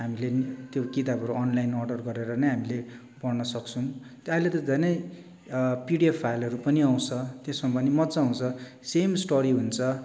हामीले त्यो किताबहरू अनलाइन अर्डर गरेर नै हामीले पढ्न सक्छौँ त्यो अहिले त झन् पिडिएफ फाइलहरू पनि आउँछ त्यसमा पनि मजा आउँछ सेम स्टोरी हुन्छ